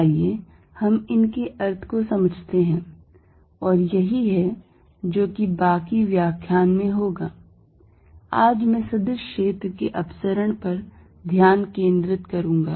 आइए हम इनके अर्थ को समझते हैं और यही है जो कि बाकी व्याख्यान में होगा आज मैं सदिश क्षेत्र के अपसरण पर ध्यान केंद्रित करूंगा